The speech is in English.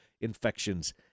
infections